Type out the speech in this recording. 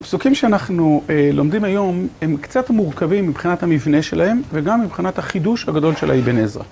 הפסוקים שאנחנו לומדים היום הם קצת מורכבים מבחינת המבנה שלהם וגם מבחינת החידוש הגדול של אבן עזרא.